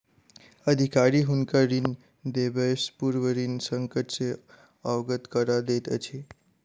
अधिकारी हुनका ऋण देबयसॅ पूर्व ऋण संकट सॅ अवगत करा दैत अछि